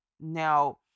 Now